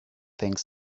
things